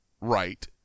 right